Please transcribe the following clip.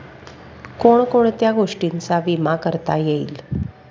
कोण कोणत्या गोष्टींचा विमा करता येईल?